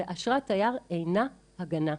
כי אשרת תייר אינה הגנה,